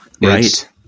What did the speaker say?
Right